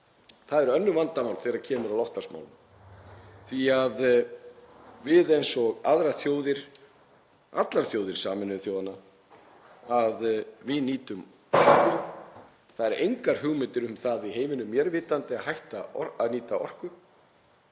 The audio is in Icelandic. Það eru önnur vandamál þegar kemur að loftslagsmálum því að við eins og aðrar þjóðir, allar þjóðir Sameinuðu þjóðanna, nýtum orku og það eru engar hugmyndir um það í heiminum að mér vitandi að hætta að nýta orku,